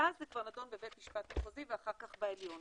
ואז זה כבר נדון בבית משפט מחוזי ואחר כך בעליון.